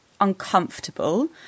uncomfortable